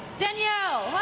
danielle.